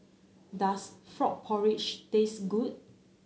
does Frog Porridge taste good